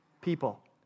People